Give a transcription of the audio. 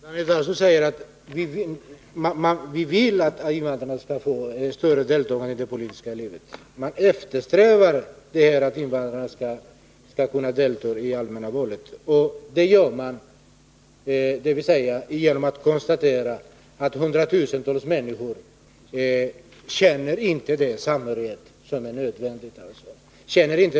Herr talman! Daniel Tarschys säger att folkpartiet vill att invandrarna skall få större möjlighet till deltagande i det politiska livet. Man eftersträvar att invandrarna skall kunna delta i allmänna val. Det gör man genom att konstatera att hundratusentals människor inte känner den samhörighet med landet som är nödvändig för att de skall få rösta.